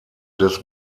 des